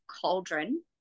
Cauldron